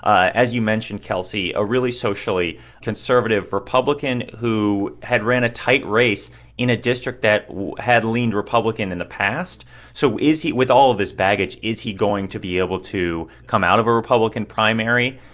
as you mentioned, kelsey, a really socially conservative republican who had ran a tight race in a district that had leaned republican in the past so is he with all of this baggage, is he going to be able to come out of a republican primary?